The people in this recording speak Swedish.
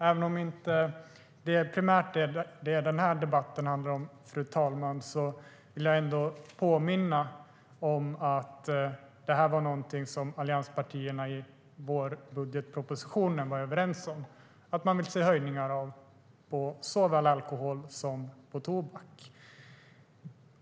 Även om det inte är primärt detta debatten handlar om, fru talman, vill jag ändå påminna om att det var någonting allianspartierna var överens om i vårbudgetpropositionen. Man vill se höjningar av skatten på såväl alkohol som tobak.